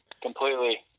completely